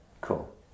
Cool